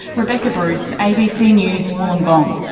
rebecca bruce, abc news wollongong.